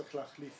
צריך להחליף